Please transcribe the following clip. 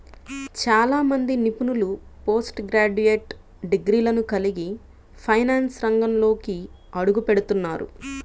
చాలా మంది నిపుణులు పోస్ట్ గ్రాడ్యుయేట్ డిగ్రీలను కలిగి ఫైనాన్స్ రంగంలోకి అడుగుపెడుతున్నారు